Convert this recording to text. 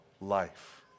life